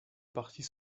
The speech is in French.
partie